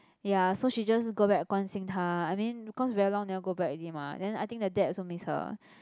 ya so she just go back 关心她 I mean cause very long never go back already mah then I think the dad also miss her